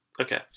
okay